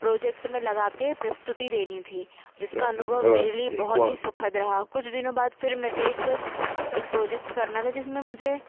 project में लगा के प्रस्तुति देनी थी जिसका अनुभव मेरे लिए बहुत ही सुखद रहा कुछ दिनों बाद फिर मुझे एक एक प्रोजेक्ट करना था जिसमें मुझे